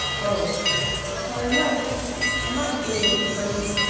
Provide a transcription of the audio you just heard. oh but i might i might be able to break it.